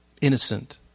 Innocent